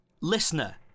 Listener